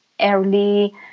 early